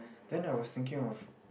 than I was thinking of